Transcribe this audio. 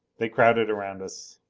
they crowded around us.